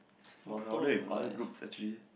if other group actually